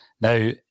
Now